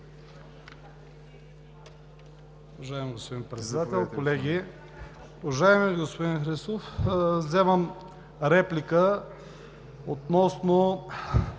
Уважаеми господин Председател, колеги! Уважаеми господин Христов, вземам реплика относно